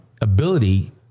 ability